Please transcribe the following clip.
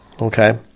Okay